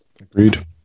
Agreed